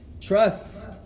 Trust